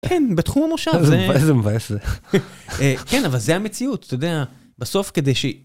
כן, בתחום המושב. -אבל איזה מבאס זה. -כן, אבל זה המציאות, אתה יודע. בסוף כדי ש...